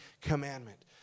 commandment